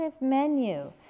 menu